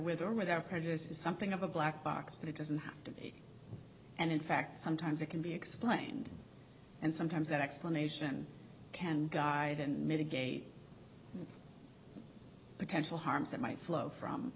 with or without prejudice is something of a black box but it doesn't have to be and in fact sometimes it can be explained and sometimes that explanation can guide and mitigate potential harms that might flow from